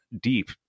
deep